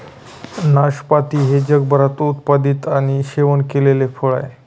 नाशपाती हे जगभरात उत्पादित आणि सेवन केलेले फळ आहे